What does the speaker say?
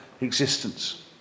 existence